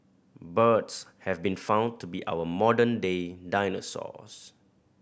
birds have been found to be our modern day dinosaurs